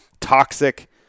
toxic